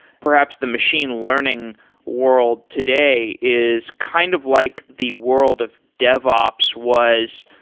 perhaps the machine learning world today is kind of like the world of devops was,